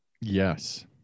Yes